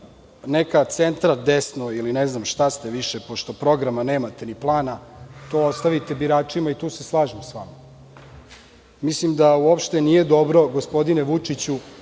neka centra-desno ili ne znam šta ste više, pošto programa nemate, ni plana, to ostavite biračima i tu se slažem sa vama. Mislim da uopšte nije dobro, gospodine Vučiću